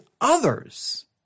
others